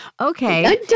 Okay